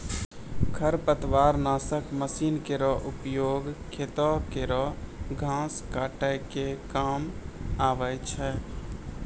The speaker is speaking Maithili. खरपतवार नासक मसीन केरो उपयोग खेतो केरो घास काटै क काम आवै छै